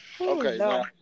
Okay